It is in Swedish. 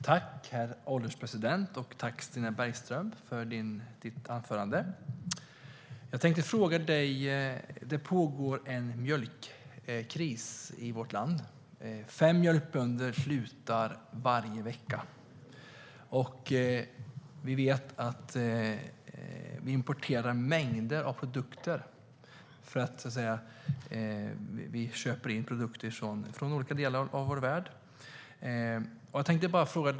Herr ålderspresident! Jag vill tacka Stina Bergström för anförandet. Det pågår en mjölkkris i vårt land. Fem mjölkbönder slutar varje vecka. Vi importerar mängder av produkter från olika delar av vår värld.